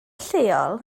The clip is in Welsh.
lleol